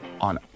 on